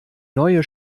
neue